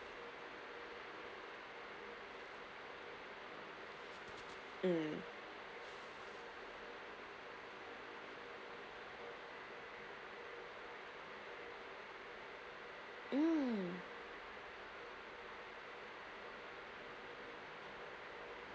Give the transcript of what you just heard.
mm mm